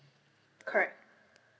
correct